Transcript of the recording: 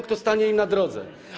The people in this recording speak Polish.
kto stanie im na drodze.